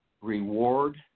reward